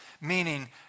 meaning